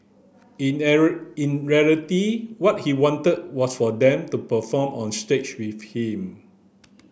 in in reality what he wanted was for them to perform on stage with him